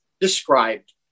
described